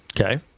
Okay